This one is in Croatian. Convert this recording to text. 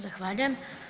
Zahvaljujem.